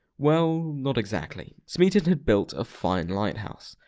well. not exactly. smeaton had built a fine lighthouse,